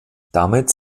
damit